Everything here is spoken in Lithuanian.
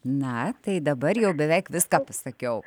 na tai dabar jau beveik viską pasakiau